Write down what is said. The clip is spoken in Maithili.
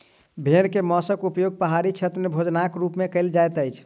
भेड़ के मौंसक उपयोग पहाड़ी क्षेत्र में भोजनक रूप में कयल जाइत अछि